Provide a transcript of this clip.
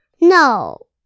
No